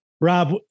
rob